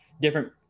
different